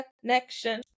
Connection